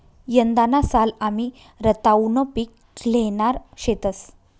यंदाना साल आमी रताउनं पिक ल्हेणार शेतंस